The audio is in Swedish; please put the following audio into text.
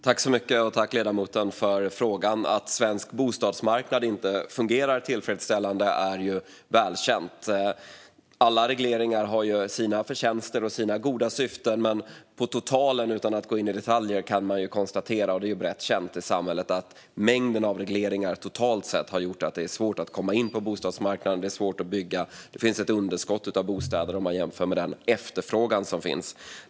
Fru talman! Jag tackar ledamoten för frågan. Att svensk bostadsmarknad inte fungerar tillfredsställande är välkänt. Alla regleringar har sina förtjänster och goda syften, men på totalen, utan att gå in i detalj, kan man konstatera, vilket är brett känt i samhället, att mängden av regleringar totalt sett har gjort att det är svårt att komma in på bostadsmarknaden och att det är svårt att bygga. Det finns ett underskott av bostäder om man jämför med den efterfrågan som finns.